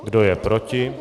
Kdo je proti?